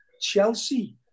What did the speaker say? Chelsea